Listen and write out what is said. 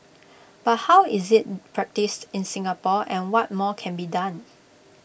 but how is IT practised in Singapore and what more can be done